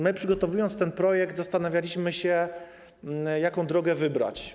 My przygotowując ten projekt, zastanawialiśmy się, jaką drogę wybrać.